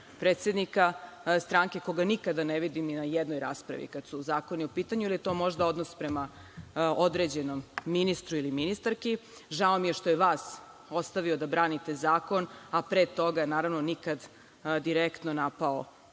predsednika stranke koga nikada ne vidim ni na jednoj raspravi kada su zakoni u pitanju ili je to možda odnos prema određenom ministru ili ministarki. Žao mi je što je vas ostavio da branite zakon, a pre toga, naravno, nikad direktno napao